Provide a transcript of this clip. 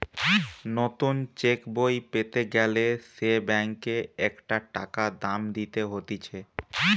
নতুন চেক বই পেতে গ্যালে সে ব্যাংকে একটা টাকা দাম দিতে হতিছে